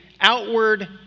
outward